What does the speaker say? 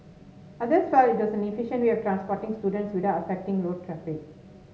others felt it was an efficient way of transporting students without affecting road traffic